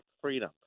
freedom